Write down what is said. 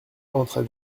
entrent